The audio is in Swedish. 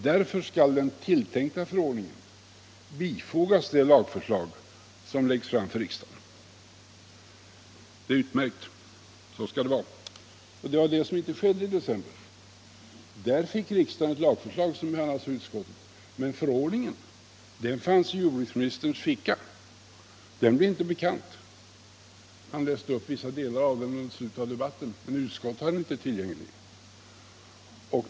Därför skall den tilltänkta förordningen bifogas det lagförslag som läggs fram för riksdagen. Det är utmärkt — så skall det vara. Men det var det som inte skedde i december. Då fick riksdagen ett lagförslag, som behandlades av utskottet, men förordningen fanns i jordbruksministerns ficka — den blev inte bekant. Han läste upp vissa delar av den mot slutet av debatten, men utskottet hade den inte tillgänglig.